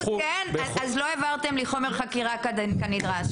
נכון אז אתם לא העברתם לי חומר חקירה כנדרש